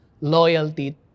loyalty